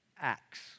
acts